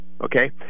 Okay